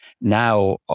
now